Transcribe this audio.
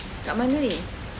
kat mana ni